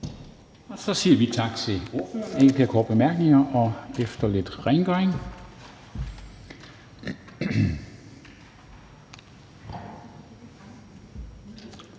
Vi siger tak til ordføreren. Der er ikke flere korte bemærkninger, og efter lidt rengøring